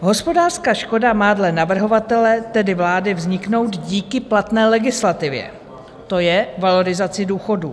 Hospodářská škoda má dle navrhovatele, tedy vlády, vzniknout díky platné legislativě, to je valorizaci důchodů.